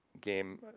game